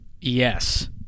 Yes